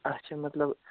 اَچھا مطلب